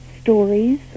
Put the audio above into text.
stories